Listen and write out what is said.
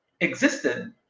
existed